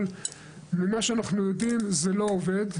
אבל ממה שאנחנו יודעים זה לא עובד,